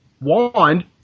wand